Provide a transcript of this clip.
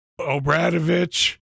Obradovich